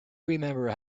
remember